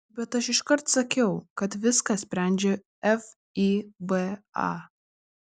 bet aš iškart sakiau kad viską sprendžia fiba